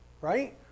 right